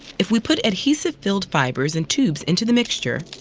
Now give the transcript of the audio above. if we put adhesive-filled fibers and tubes into the mixture,